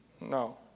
No